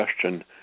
question